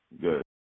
Good